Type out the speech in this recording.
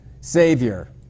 Savior